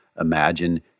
imagine